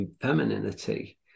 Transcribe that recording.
femininity